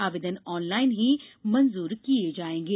आवेदन ऑनलाइन ही मंजूर किये जायेंगे